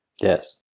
Yes